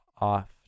off